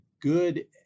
good